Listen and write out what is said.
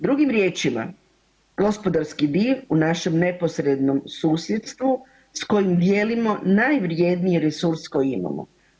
Drugim riječima, gospodarski div u našem neposrednom susjedstvu s kojim dijelimo najvrjedniji resurs koji imamo.